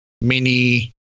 mini